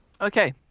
okay